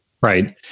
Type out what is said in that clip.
right